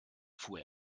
fuhr